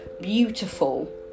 beautiful